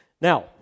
Now